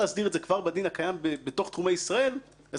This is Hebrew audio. כבר בדין הקיים בתוך תחומי ישראל אין בעיה,